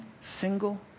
single